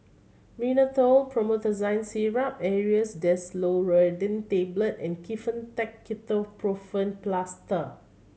Rhinathiol Promethazine Syrup Aerius DesloratadineTablet and Kefentech Ketoprofen Plaster